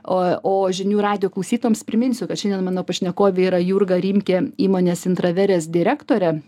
o o žinių radijo klausytojams priminsiu kad šiandien mano pašnekovė yra jurga rimkė įmonės intraverės direktorė